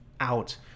out